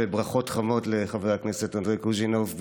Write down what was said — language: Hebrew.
ברכות חמות לחבר הכנסת אנדרי קוז'ינוב.